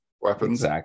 weapons